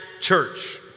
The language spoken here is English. church